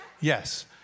yes